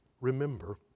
remember